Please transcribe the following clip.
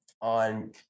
on